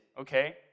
okay